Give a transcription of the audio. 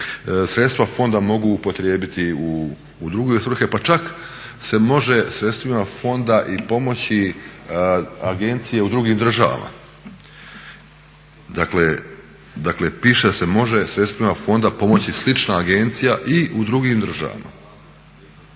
sredstva fonda mogu upotrijebiti i u druge svrhe pa čak se može sredstvima fonda i pomoći agencije u drugim državama. Dakle, piše da se može sredstvima fonda pomoći slična agencija i u drugim državama.